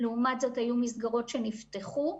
היו מסגרות שנפתחו,